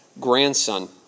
grandson